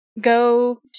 go